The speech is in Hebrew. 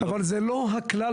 אבל זה לא הכלל.